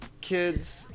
kids